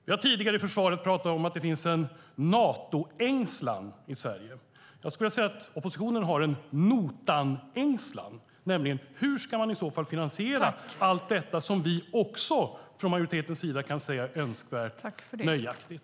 Vi har tidigare när det gäller försvaret talat om att det finns en Natoängslan i Sverige. Jag skulle vilja säga att oppositionen har en notanängslan, nämligen hur man i så fall ska finansiera allt detta som vi också från majoritetens sida kan säga är önskvärt och nöjaktigt.